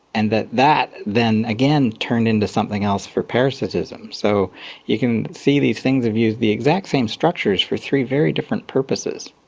and that that then again turned into something else for parasitism. so you can see these things have used the exact same structures for three very different purposes.